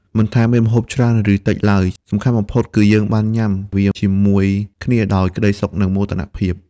មិនថាមានម្ហូបច្រើន ឬតិចឡើយ សំខាន់បំផុតគឺយើងបានញ៉ាំវាជាមួយគ្នាដោយក្ដីសុខ និងមោទនភាព។